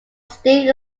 stick